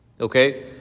Okay